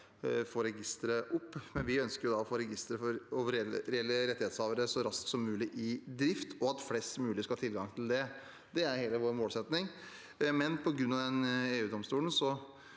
Vi ønsker å få registeret over reelle rettighetshavere i drift så raskt som mulig, og at flest mulig skal ha tilgang til det. Det er vår målsetting,